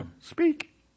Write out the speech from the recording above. Speak